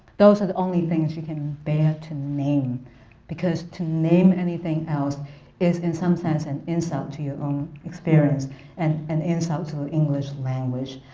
those are the only things you can bear to name because to name anything else is in some sense an insult to your own experience and an insult to the english language.